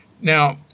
Now